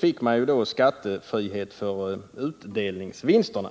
fick man skattefrihet för utdelningsvinsterna.